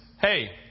Hey